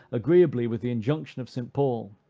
agreeably with the injunction of st. paul.